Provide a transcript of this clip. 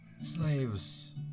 Slaves